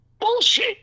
Bullshit